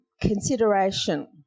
Consideration